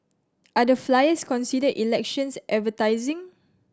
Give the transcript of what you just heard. are the flyers considered elections advertising